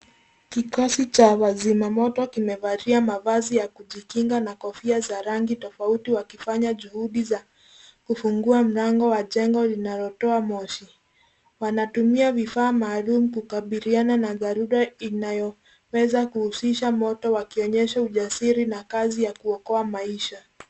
Kikosi cha wazima moto kimevalia mavazi ya kujikinga na kofia za rangi tofauti wakifanya juhudi za kufungua mlango wa jengo linalotoa moshi. Wanatumia vifaa maalum kukabiliana na dharura inayoweza kuhusisha moto wakionyesha ujasiri wa kazi ya kuokoa maisha.